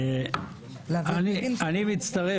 אני מצטרף